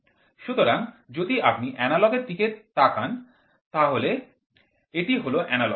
সুতরাং যদি আপনি এনালগ এর দিকে দেখেন তাহলে এটি হল এনালগ